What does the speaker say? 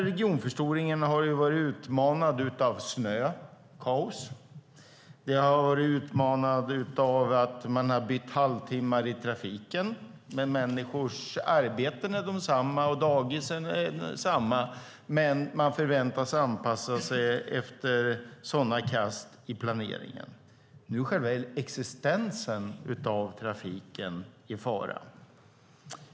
Regionförstoringarna har varit utmanade av snökaos och av att man har bytt halvtimmar i trafiken. Trots att människors arbetstider och dagistider är desamma förväntas de anpassa sig efter sådana kast i planeringen. Och nu är själva trafikens existens i fara.